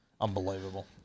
unbelievable